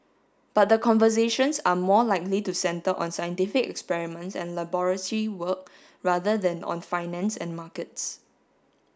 but the conversations are more likely to centre on scientific experiments and laboratory work rather than on finance and markets